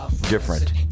different